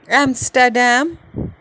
Amsterdam